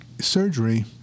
surgery